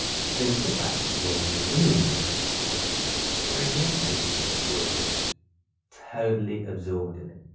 think about when you're in a movie one of the brilliant movies that you're just totally absorbed in it.